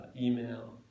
email